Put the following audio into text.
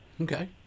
Okay